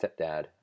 stepdad